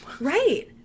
Right